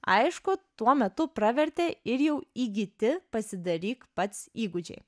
aišku tuo metu pravertė ir jau įgyti pasidaryk pats įgūdžiai